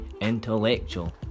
intellectual